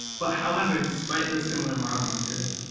but however, despite the similar mile markers,